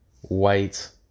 white